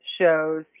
shows